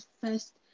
first